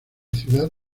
ciudad